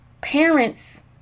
Parents